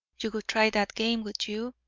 you would try that game, would you?